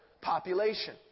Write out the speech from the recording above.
population